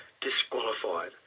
disqualified